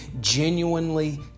genuinely